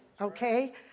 okay